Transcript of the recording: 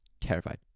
terrified